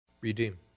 Redeem